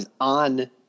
on –